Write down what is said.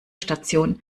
station